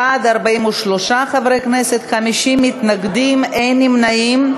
בעד, 43 חברי כנסת, 50 מתנגדים, אין נמנעים.